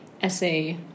essay